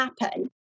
happen